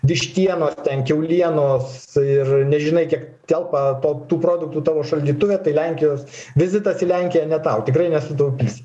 vištienos ten kiaulienos ir nežinai kiek telpa to tų produktų tavo šaldytuve tai lenkijos vizitas į lenkiją ne tau tikrai nesutaupysi